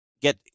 get